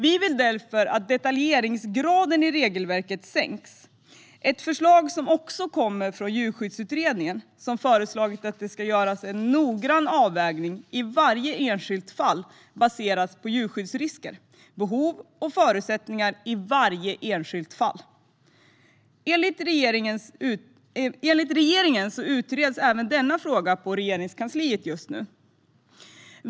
Vi vill därför att detaljeringsgraden i regelverket sänks, ett förslag som också kommer från Djurskyddsutredningen som föreslagit att det ska göras en noggrann avvägning i varje enskilt fall baserat på djurskyddsrisker, behov och förutsättningar. Enligt regeringen utreds även denna fråga på Regeringskansliet just nu.